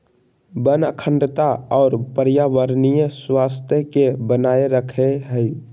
वन अखंडता और पर्यावरणीय स्वास्थ्य के बनाए रखैय हइ